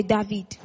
David